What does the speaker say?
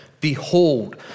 behold